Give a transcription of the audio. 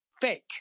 fake